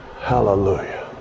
Hallelujah